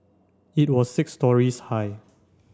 it was six storeys high